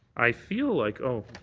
i feel like oh.